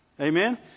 Amen